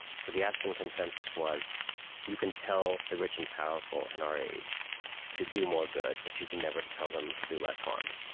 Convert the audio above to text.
so the aspen consensus was you can tell the rich and powerful in our age to do more good, but you can never tell them to do less harm.